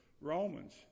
Romans